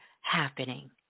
happening